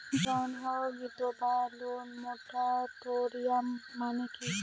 ঋণ স্থগিত বা লোন মোরাটোরিয়াম মানে কি?